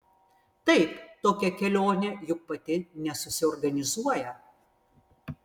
taip tokia kelionė juk pati nesusiorganizuoja